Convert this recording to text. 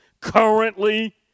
Currently